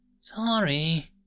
Sorry